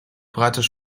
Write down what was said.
breites